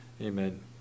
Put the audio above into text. Amen